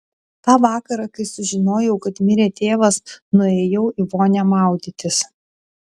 tą vakarą kai sužinojau kad mirė tėvas nuėjau į vonią maudytis